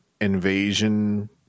invasion